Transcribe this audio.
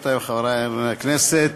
חברותי וחברי חברי הכנסת,